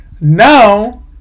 Now